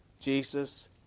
Jesus